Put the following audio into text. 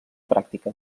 pràctica